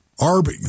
Arby